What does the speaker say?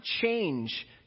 change